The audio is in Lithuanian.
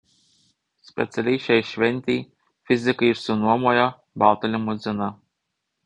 specialiai šiai šventei fizikai išsinuomojo baltą limuziną